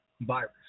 virus